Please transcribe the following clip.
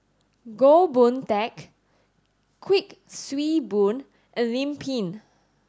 Goh Boon Teck Kuik Swee Boon and Lim Pin